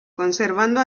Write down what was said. conservando